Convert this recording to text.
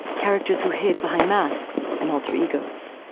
characters who hid behind masks and alter egos.